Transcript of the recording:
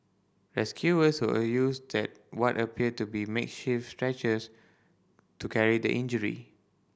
rescuers who used that what appeared to be makeshift stretchers to carry the injury